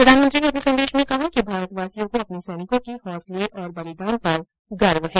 प्रधानमंत्री ने अपने संदेश में कहा है कि भारतवासियों को अपने सैनिकों के हौसले और बलिदान पर गर्व है